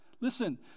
Listen